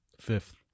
fifth